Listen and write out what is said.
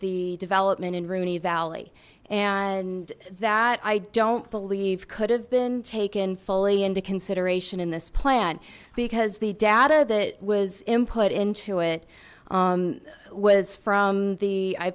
the development in rooney valley and that i don't believe could have been taken fully into consideration in this plan because the data that was input into it was from the i